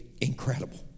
incredible